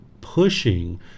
pushing